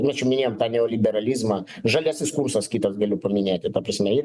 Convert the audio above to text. nu čia minėjom tą neoliberalizmą žaliasis kursas kitas galiu paminėti ta prasme